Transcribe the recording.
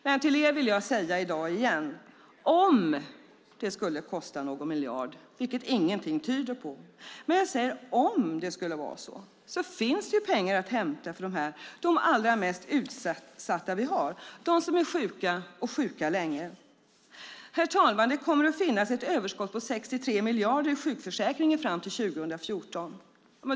Men till er vill jag i dag igen säga: Om det skulle kosta någon miljard, vilket ingenting tyder på, finns det pengar att hämta för de allra mest utsatta, de som är sjuka och som är sjuka länge. Herr talman! Det kommer att finnas ett överskott på 63 miljarder i sjukförsäkringen fram till 2014.